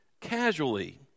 casually